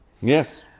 yes